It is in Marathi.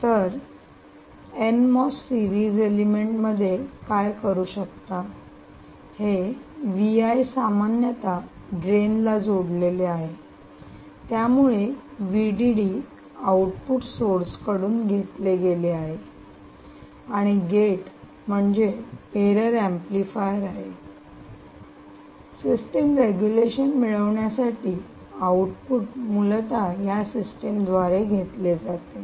तर एन मॉस सिरीज एलिमेंट मध्ये काय करू शकता हे सामान्यतः ड्रेन ला जोडलेले आहे त्यामुळे आउटपुट सोर्स कडून घेतले गेले आहे आणि गेट म्हणजे एरर एम्पलीफायर आहे सिस्टम रेगुलेशन मिळवण्यासाठी आउटपुट मूलत या सिस्टम द्वारे घेतले जाते